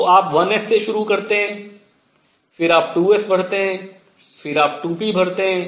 तो आप 1s से शुरू करते हैं फिर आप 2 s भरते हैं फिर आप 2 p भरते हैं